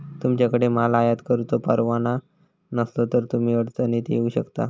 तुमच्याकडे माल आयात करुचो परवाना नसलो तर तुम्ही अडचणीत येऊ शकता